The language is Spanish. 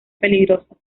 peligrosas